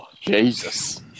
Jesus